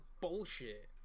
bullshit